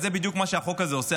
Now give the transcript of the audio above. וזה בדיוק מה שהחוק הזה עושה.